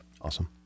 Awesome